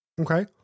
Okay